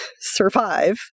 survive